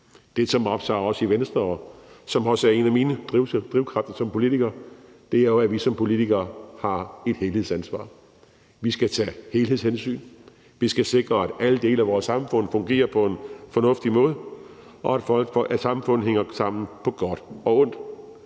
Det, som optager os i Venstre, og som også er noget af min drivkraft som politiker, er, at vi som politikere har et helhedsansvar. Vi skal tage helhedshensyn; vi skal sikre, at alle dele af vores samfund fungerer på en fornuftig måde, og at samfundet hænger sammen på godt og ondt.